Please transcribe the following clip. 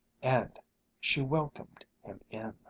and she welcomed him in.